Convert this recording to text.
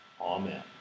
Amen